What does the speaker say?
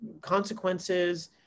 consequences